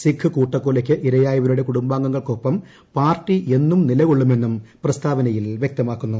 സിഖ് കൂട്ടക്കൊലയ്ക്ക് ഇരയായവരുടെ കുടും ബാംഗങ്ങൾക്കൊപ്പം പാർട്ടി എന്നും നിലകൊള്ളുമെന്നും പ്രസ്താവനയിൽ വൃക്തമാക്കുന്നു